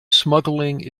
smuggling